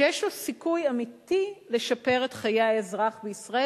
שיש לו סיכוי אמיתי לשפר את חיי האזרח בישראל,